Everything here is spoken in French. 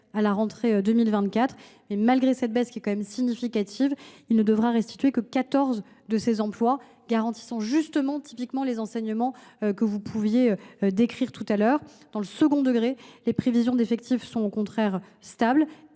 à la rentrée 2024 ; malgré cette baisse, qui est significative, il ne devra restituer que 14 de ses emplois, garantissant justement les enseignements que vous avez décrits. Dans le second degré, les prévisions d’effectifs sont au contraire stables